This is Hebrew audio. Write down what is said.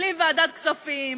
בלי ועדת הכספים,